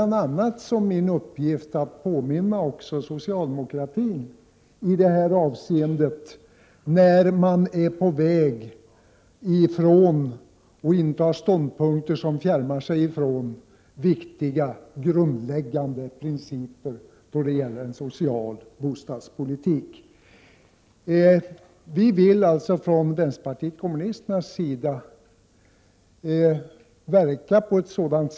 När socialdemokratin är på väg att inta ståndpunkter som fjärmar sig från viktiga, grundläggande principer för en social bostadspolitik, ser jag det också som min uppgift att påminna socialdemokraterna om vissa saker.